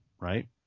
right